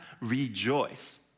rejoice